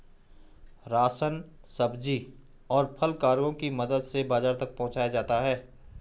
ration, सब्जी, और फल कार्गो की मदद से बाजार तक पहुंचता है